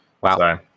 Wow